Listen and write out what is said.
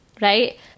right